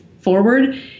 forward